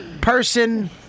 person